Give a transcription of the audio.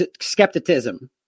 skepticism